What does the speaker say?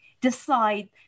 decide